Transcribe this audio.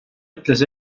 ütles